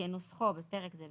כנוסחו בפרק זה,